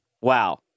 Wow